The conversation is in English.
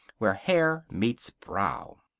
where hair meets brow.